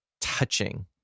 touching